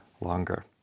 longer